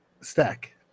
stack